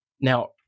Now